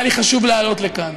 היה לי חשוב לעלות לכאן.